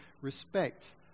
respect